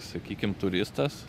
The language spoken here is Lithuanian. sakykim turistas